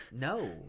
no